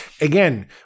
again